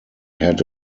had